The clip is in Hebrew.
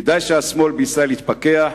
כדאי שהשמאל בישראל יתפכח,